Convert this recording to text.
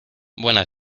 buena